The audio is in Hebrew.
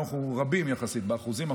אנחנו רבים יחסית באחוזים,